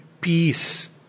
peace